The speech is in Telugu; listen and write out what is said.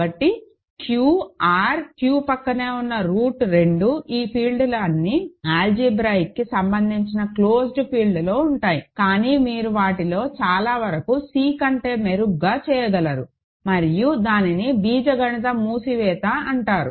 కాబట్టి Q R Q ప్రక్కనే ఉన్న రూట్ 2 ఈ ఫీల్డ్లన్నీ ఆల్జీబ్రాయిక్కి సంబంధించిన క్లోజ్డ్ ఫీల్డ్లో ఉంటాయి కానీ మీరు వాటిలో చాలా వరకు C కంటే మెరుగ్గా చేయగలరు మరియు దానిని బీజగణిత మూసివేత అంటారు